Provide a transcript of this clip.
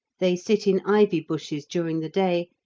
they sit in ivy bushes during the day,